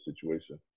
situation